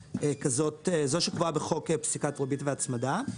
זו שקבועה בחוק פסיקת ריבית והצמדה.